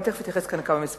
אני תיכף אתייחס לכמה מספרים,